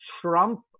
Trump